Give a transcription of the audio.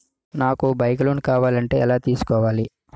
నాకు bike loan కావాలంటే ఎలా తీసుకోవాలి?